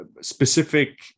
Specific